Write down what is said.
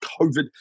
COVID